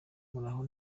muraho